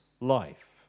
life